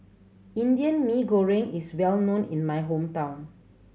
Indian Mee Goreng is well known in my hometown